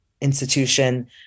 institution